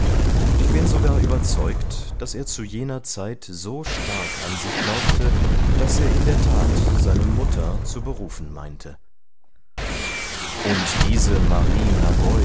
ich bin sogar überzeugt daß er zu jener zeit so stark an sich glaubte daß er in der tat seine mutter zu berufen meinte und diese marie